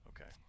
Okay